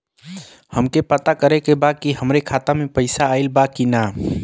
हमके पता करे के बा कि हमरे खाता में पैसा ऑइल बा कि ना?